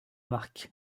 marque